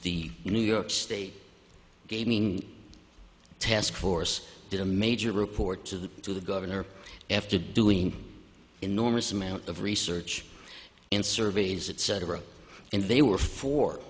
the new york state gaming task force did a major report to the to the governor after doing enormous amount of research and surveys it said over and they were for